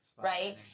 right